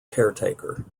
caretaker